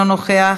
אינה נוכחת,